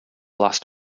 last